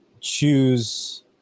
choose